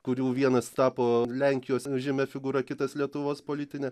kurių vienas tapo lenkijos žymia figūra kitas lietuvos politine